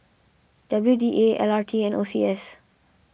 W D A L R T and O C S